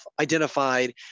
identified